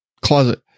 closet